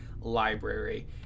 library